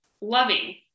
loving